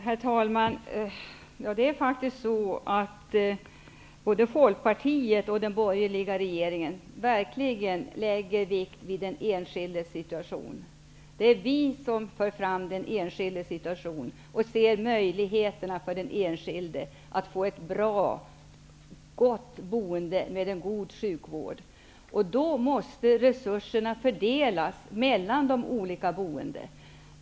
Herr talman! Det är faktiskt så att både Folkpartiet och den borgerliga regeringen verkligen lägger vikt vid den enskildes situation. Det är vi som för fram den enskildes situation och ser till möjligheterna för den enskilde att få ett gott boende med en god sjukvård. Då måste resurserna fördelas mellan de boende.